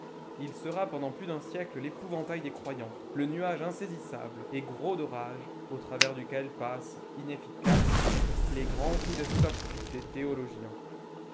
il sera pendant plus d'un siècle l'épouvantail des croyants le nuage insaisissable et gros d'orages au travers duquel passent inefficaces les grands coups d'estoc des théologiens